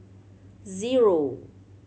zero